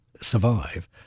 survive